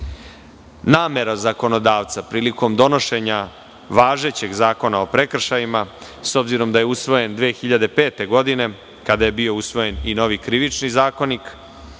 dana. Namera zakonodavca prilikom donošenja važećeg Zakona o prekršajima, s obzirom da je usvojen 2005. godine kada je bio usvojen i novi Krivični zakonik,